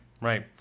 right